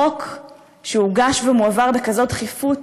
חוק שהוגש ומועבר בכזאת דחיפות